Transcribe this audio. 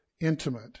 intimate